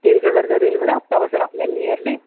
तेवीस हजारच्या रेंजमध्ये हप्ता बसेल आपल्याला नियरली